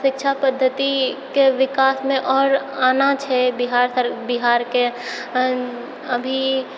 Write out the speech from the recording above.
शिक्षा पद्धतिके विकासमे आओर आना छै बिहार सर बिहारके अऽ अभी